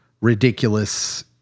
ridiculous